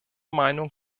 meinung